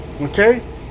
okay